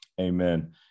Amen